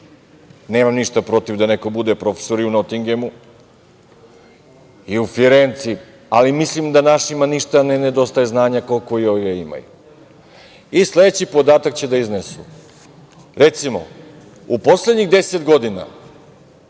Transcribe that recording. nemam ništa protiv da neko bude profesor i u Notingemu i u Firenci, ali mislim da našima ništa ne nedostaje znanja koliko ga i ovi imaju, i sledeći podatak će da iznesu. Recimo, u poslednjih 10 godina